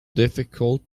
difficult